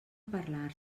parlar